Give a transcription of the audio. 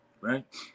Right